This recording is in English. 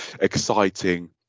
exciting